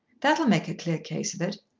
that'll make a clear case of it.